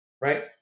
right